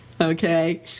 okay